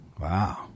Wow